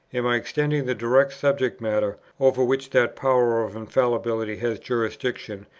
am i extending the direct subject-matter, over which that power of infallibility has jurisdiction,